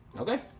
Okay